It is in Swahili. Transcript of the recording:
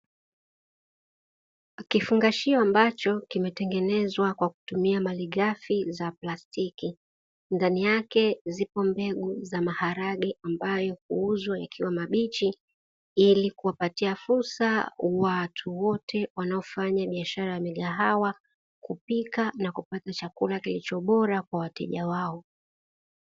Kifungashio ambacho kimetengenezwa kwa kutumia malighafi za plastiki, ndani yake zipo mbegu za maharage ambayo huuzwa yakiwa mabichi, ili kuwapatia fursa watu wote wanaofanya biashara ya migahawa kupika na kupika chakula kilichobora kwa wateja wao.